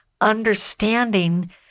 understanding